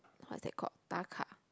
what's that called 打卡